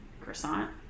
croissant